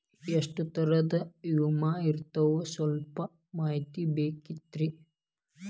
ಎಷ್ಟ ತರಹದ ವಿಮಾ ಇರ್ತಾವ ಸಲ್ಪ ಮಾಹಿತಿ ಬೇಕಾಗಿತ್ರಿ